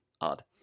odd